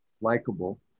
likable